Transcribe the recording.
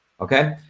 okay